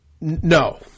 No